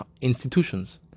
institutions